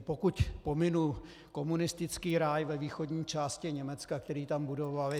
Pokud pominu komunistický ráj ve východní části Německa, který tam budovali.